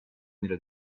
میره